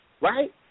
right